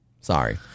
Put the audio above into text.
Sorry